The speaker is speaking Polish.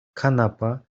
kanapa